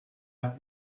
back